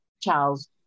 Charles